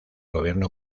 gobierno